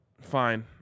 fine